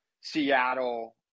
Seattle